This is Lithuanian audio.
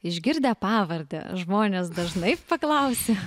išgirdę pavardę žmonės dažnai paklausia